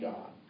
God